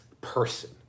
person